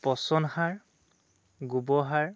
পচন সাৰ গোবৰ সাৰ